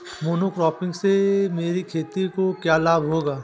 Monocropping से मेरी खेत को क्या लाभ होगा?